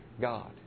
God